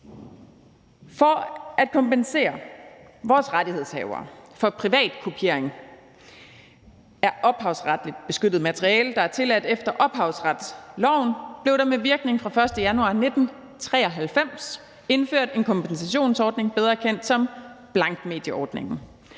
For at kompensere vores rettighedshavere for privatkopiering af ophavsretligt beskyttet materiale, der er tilladt efter ophavsretsloven, blev der med virkning fra den 1. januar 1993 indført en kompensationsordning, bedre kendt som blankmedieordningen.